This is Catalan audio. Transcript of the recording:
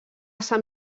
sant